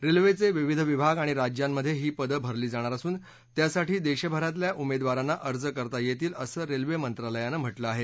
रेल्वेचे विविध भाग आणि राज्यांमध्ये ही पदं भरली जाणार असून त्यासाठी देशभरातल्या उमेदवारांना अर्ज करता येतील असं रेल्वे मंत्रालयानं म्हटलं आहे